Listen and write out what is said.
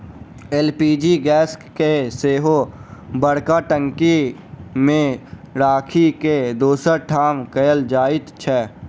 LPG gas के सेहो बड़का टंकी मे राखि के दोसर ठाम कयल जाइत छै